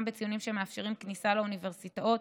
בציונים שמאפשרים כניסה לאוניברסיטאות,